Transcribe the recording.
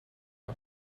you